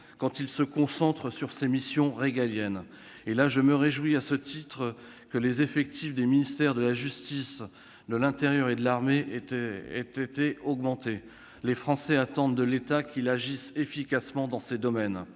quand il se concentre sur ses missions régaliennes. Je me réjouis, à ce titre, que les effectifs des ministères de la justice, de l'intérieur et des armées aient été augmentés. Les Français attendent de l'État qu'il agisse efficacement dans ces domaines.